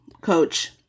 coach